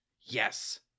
Yes